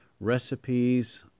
recipes